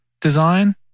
design